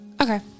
Okay